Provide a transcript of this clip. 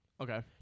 Okay